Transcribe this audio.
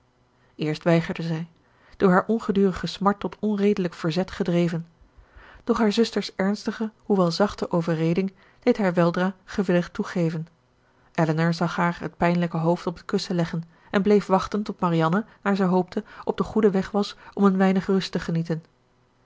eerst weigerde zij door haar ongedurige smart tot onredelijk verzet gedreven doch haar zuster's ernstige hoewel zachte overreding deed haar weldra gewillig toegeven elinor zag haar het pijnlijke hoofd op het kussen leggen en bleef wachten tot marianne naar zij hoopte op den goeden weg was om een weinig rust te genieten